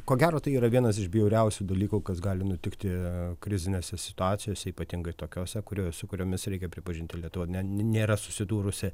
ko gero tai yra vienas iš bjauriausių dalykų kas gali nutikti krizinėse situacijose ypatingai tokiose kuriose su kuriomis reikia pripažinti lietuva nėra susidūrusi